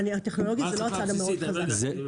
טכנולוגיה הוא לא הצד המאוד חזק שלי.